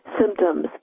symptoms